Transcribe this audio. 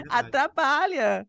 atrapalha